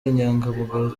inyangamugayo